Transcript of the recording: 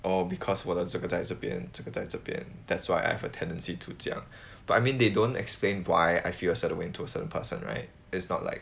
oh because 我的这个在这边这个在这边 that's why I have a tendency to 这样 but I mean they don't explain why I feel a certain way to a certain person right is not like